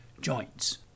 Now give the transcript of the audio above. joints